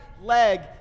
leg